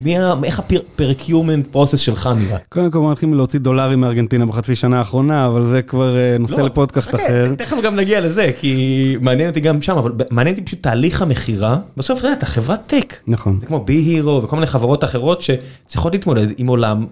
איך הפרקיומנט פרוסס שלך נראה. קודם כל אנחנו הולכים להוציא דולרים מארגנטינה בחצי שנה האחרונה אבל זה כבר נושא לפרודקאפט אחר. תכף גם נגיע לזה כי מעניין אותי גם שם אבל מעניין אותי פשוט תהליך המכירה, בסוף אתה חברת טק זה כמו בי הירו וכל מיני חברות אחרות שצריכות להתמודד עם עולם.